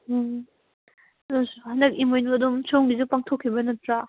ꯎꯝ ꯑꯗꯨ ꯍꯟꯗꯛ ꯏꯃꯣꯏꯅꯨꯗꯨ ꯁꯣꯝꯒꯤꯁꯨ ꯄꯥꯡꯊꯣꯛꯈꯤꯕ ꯅꯠꯇ꯭ꯔꯣ